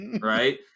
right